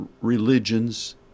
religions